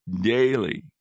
daily